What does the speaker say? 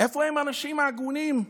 איפה הם האנשים ההגונים?